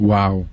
Wow